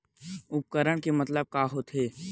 उपकरण के मतलब का होथे?